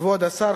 כבוד השר,